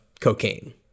cocaine